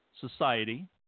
society